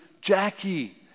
Jackie